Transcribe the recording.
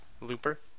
Looper